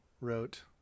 wrote